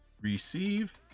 receive